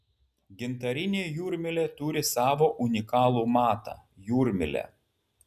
gintarinė jūrmylė turi savo unikalų matą jūrmylę